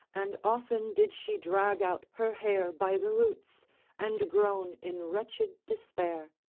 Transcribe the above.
and often did she drag out her hair by the roots and groan in wretched despair.